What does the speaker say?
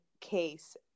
case